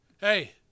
hey